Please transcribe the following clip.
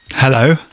Hello